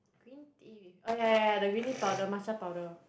green tea with oh ya ya ya the green tea powder matcha powder